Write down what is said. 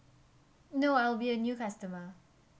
no I'll be a new customer